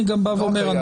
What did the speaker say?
לדעתי,